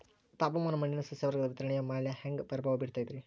ತಾಪಮಾನ ಮಣ್ಣಿನ ಸಸ್ಯವರ್ಗದ ವಿತರಣೆಯ ಮ್ಯಾಲ ಹ್ಯಾಂಗ ಪ್ರಭಾವ ಬೇರ್ತದ್ರಿ?